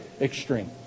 extreme